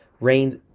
RAIN's